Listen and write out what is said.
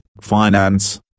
finance